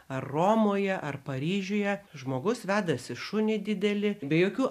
ar romoje ar paryžiuje žmogus vedasi šunį didelį be jokių